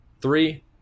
three